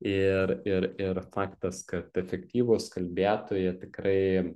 ir ir ir faktas kad efektyvūs kalbėtojai tikrai